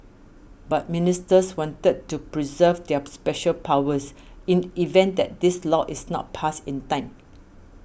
but ministers wanted to preserve their special powers in event that this law is not passed in time